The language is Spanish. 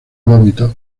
vómitos